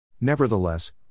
Nevertheless